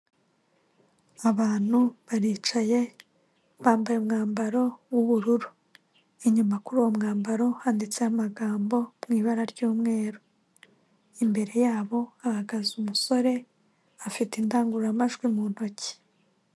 Abantu baricaye, bambaye umwambaro w'ubururu. Inyuma kuri uwo mwambaro handitseho amagambo mu ibara ry'umweru. Imbere yabo hahagaze umusore afite indangururamajwi mu ntoki.